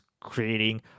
creating